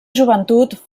joventut